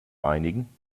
einigen